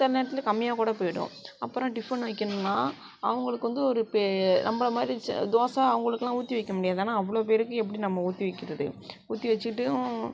சில நேரத்தில் கம்மியாக கூட போய்டும் அப்புறம் டிஃபன் வைக்கணும்னா அவங்களுக்கு வந்து ஒரு பே நம்பளை மாதிரி தோசை அவங்களுக்குலாம் ஊற்றி வைக்க முடியாது ஆனால் அவ்வளோ பேருக்கு எப்பிடி நம்ப ஊற்றி வைக்கிறது ஊற்றி வச்சிடட்டும்